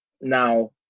Now